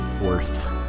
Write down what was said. Worth